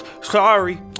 Sorry